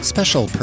Special